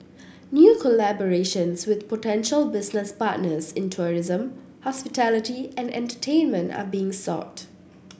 new collaborations with potential business partners in tourism hospitality and entertainment are being sought